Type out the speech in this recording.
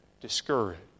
discouraged